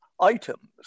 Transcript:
items